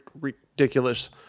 ridiculous